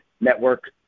network